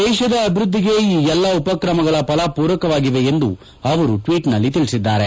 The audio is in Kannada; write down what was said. ದೇಶದ ಅಭಿವ್ಯದಿಗೆ ಈ ಎಲ್ಲಾ ಉಪಕ್ರಮಗಳ ಫಲ ಪೂರಕವಾಗಿವೆ ಎಂದು ಆವರು ಟ್ಲೀಟ್ನಲ್ಲಿ ತಿಳಿಸಿದ್ದಾರೆ